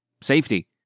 safety